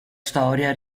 storia